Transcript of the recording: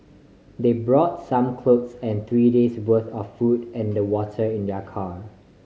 they brought some clothes and three days' worth of food and water in their car